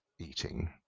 eating